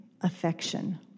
affection